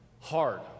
hard